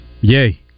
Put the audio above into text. Yay